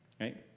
right